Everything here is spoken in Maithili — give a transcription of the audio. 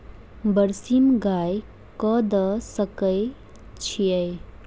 बरसीम गाय कऽ दऽ सकय छीयै?